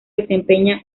desempeña